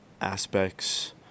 aspects